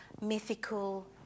mythical